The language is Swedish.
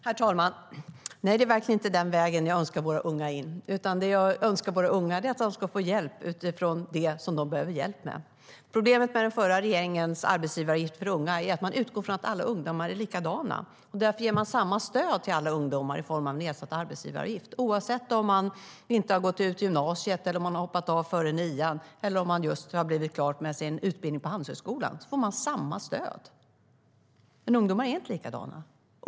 Herr talman! Nej, det är verkligen inte den vägen jag önskar våra unga in på arbetsmarknaden. Det jag önskar våra unga är att de ska få hjälp utifrån det som de behöver hjälp med. Problemet med den förra regeringens arbetsgivaravgifter för unga är att man utgår från att alla ungdomar är likadana. Därför ger man samma stöd till alla ungdomar i form av en nedsatt arbetsgivaravgift. Oavsett om man har gått ut gymnasiet, om man har hoppat av före nian eller om man just blivit klar med sin utbildning på Handelshögskolan får man samma stöd. Men ungdomar är inte likadana.